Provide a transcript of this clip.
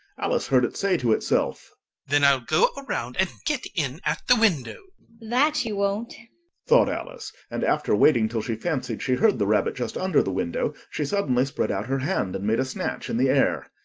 alice heard it say to itself then i'll go round and get in at the window that you won't thought alice, and, after waiting till she fancied she heard the rabbit just under the window, she suddenly spread out her hand, and made a snatch in the air.